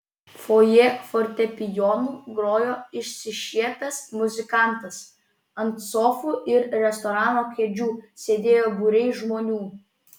fojė fortepijonu grojo išsišiepęs muzikantas ant sofų ir restorano kėdžių sėdėjo būriai žmonių